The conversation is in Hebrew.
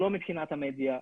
לא מבחינת המדיה,